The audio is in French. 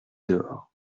dehors